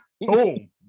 Boom